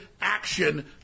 action